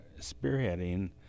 spearheading